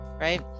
right